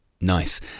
Nice